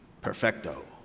Perfecto